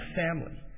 family